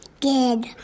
Good